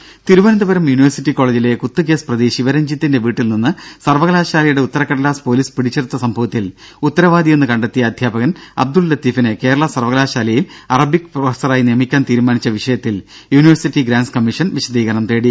ദേദ തിരുവനന്തപുരം യൂണിവേഴ്സിറ്റി കോളജിലെ കുത്ത് കേസ് പ്രതി ശിവരഞ്ജിത്തിന്റെ വീട്ടിൽനിന്ന് സർവകലാശാലയുടെ ഉത്തരക്കടലാസ് പോലീസ് പിടിച്ചെടുത്ത സംഭവത്തിൽ ഉത്തരവാദിയെന്ന് കണ്ടെത്തിയ അധ്യാപകൻ അബ്ദുൾ ലത്തീഫിനെ കേരള സർവകലാശാലയിൽ അറബിക് പ്രൊഫസറായി നിയമിക്കാൻ തീരുമാനിച്ച വിഷയത്തിൽ യൂണിവേഴ്സിറ്റി ഗ്രാന്റ്സ് കമ്മീഷൻ വിശദീകരണം തേടി